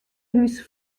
hús